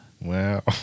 Wow